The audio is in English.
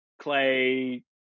clay